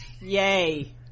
yay